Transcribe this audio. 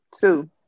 Two